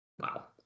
Wow